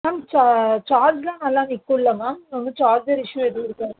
ma'am சார்ஜ்லாம் நல்லா நிக்கும்ல மேம் ஒன்னும் சார்ஜர் இஷ்யூ எதுவும் இருக்காதுல்ல